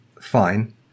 fine